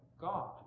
God